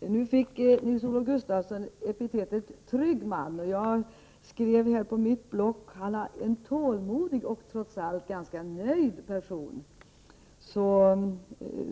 Fru talman! Nu fick Nils-Olof Gustafsson epitetet ”trygg” — jag hade antecknat att han var tålmodig och trots allt ganska nöjd.